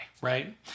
right